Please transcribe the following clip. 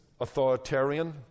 authoritarian